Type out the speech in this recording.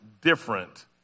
different